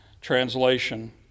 translation